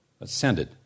ascended